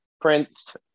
Prince